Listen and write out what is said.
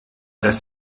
das